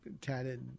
tatted